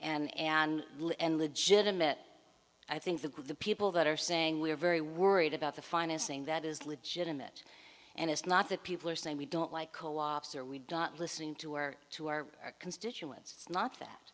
and and and legitimate i think the good people that are saying we're very worried about the financing that is legitimate and it's not that people are saying we don't like co ops are we listening to our to our constituents not